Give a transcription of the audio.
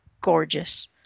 gorgeous